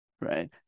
right